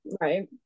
right